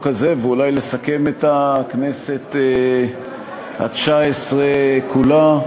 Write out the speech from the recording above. הזה ואולי לסכם את הכנסת התשע-עשרה כולה,